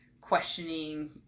questioning